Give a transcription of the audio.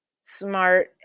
smart